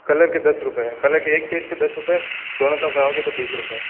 colour के दस रुपए हैं कलर एक पेज के दस रुपए दोनों तरफ कराओगे तो बीस रुपए